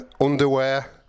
underwear